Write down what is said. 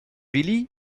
willy